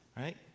Right